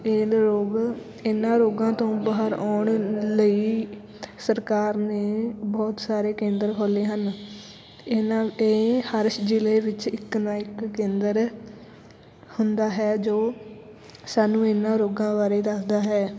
ਏਨ ਰੋਗ ਇਹਨਾਂ ਰੋਗਾਂ ਤੋਂ ਬਾਹਰ ਆਉਣ ਲਈ ਸਰਕਾਰ ਨੇ ਬਹੁਤ ਸਾਰੇ ਕੇਂਦਰ ਖੋਲ੍ਹੇ ਹਨ ਇਹਨਾਂ ਇਹ ਹਰਸ਼ ਜ਼ਿਲ੍ਹੇ ਵਿੱਚ ਇੱਕ ਨਾ ਇੱਕ ਕੇਂਦਰ ਹੁੰਦਾ ਹੈ ਜੋ ਸਾਨੂੰ ਇਨ੍ਹਾਂ ਰੋਗਾਂ ਬਾਰੇ ਦੱਸਦਾ ਹੈ